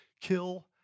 kill